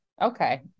Okay